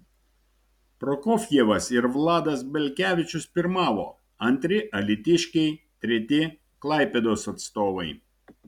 prokofjevas ir vladas belkevičius pirmavo antri alytiškiai treti klaipėdos atstovai